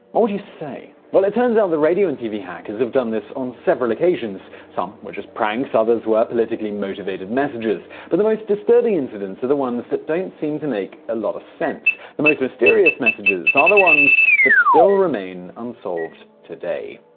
what would you say? but it turns out that radio and tv hackers have done this on several occasions. some were just pranks. others were politically motivated messages. but the most disturbing incidents are the ones that don't seem to make a lot of sense. the most mysterious messages are ah the ones that still remain unsolved today.